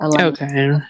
okay